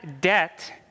debt